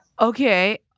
Okay